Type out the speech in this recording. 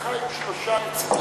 למפלגתך היו שלושה נציגים.